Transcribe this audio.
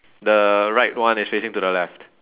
the right one is facing to the left